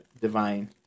divine